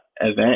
event